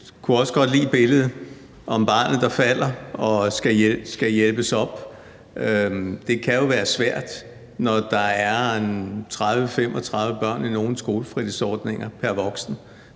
jeg også godt kunne lide billedet med barnet, der falder og skal hjælpes op. Det kan jo være svært, når der er 30-35 børn pr. voksen i nogle skolefritidsordninger. Nu er